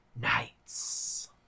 Nights